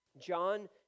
John